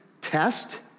test